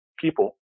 people